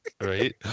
Right